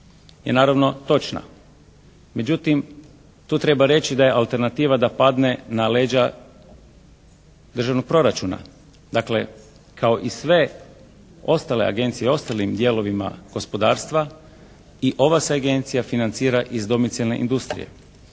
je naravno točna. Međutim, tu treba reći da je alternativa da padne na leđa državnog proračuna. Dakle, kao i sve ostale agencije u ostalim dijelovima gospodarstva i ova se agencija financira iz domicijalne industrije,